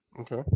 okay